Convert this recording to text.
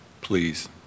please